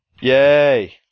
Yay